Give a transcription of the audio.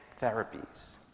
therapies